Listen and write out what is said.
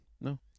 No